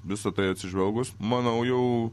visa tai atsižvelgus manau jau